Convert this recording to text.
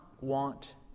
want